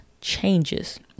changes